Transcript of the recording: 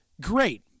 great